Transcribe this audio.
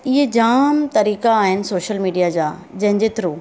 इहे जाम तरीक़ा आहिनि सोशल मीडिआ जा जंहिंजे थ्रू